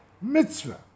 mitzvah